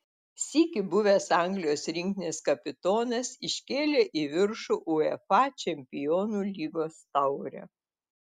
sykį buvęs anglijos rinktinės kapitonas iškėlė į viršų uefa čempionų lygos taurę